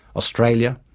australia,